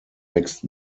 wächst